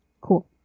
cool